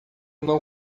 não